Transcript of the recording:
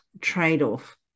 trade-off